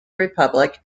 republic